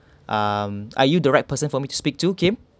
um are you the right person for me to speak to Kim